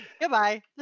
Goodbye